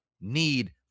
need